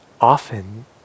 often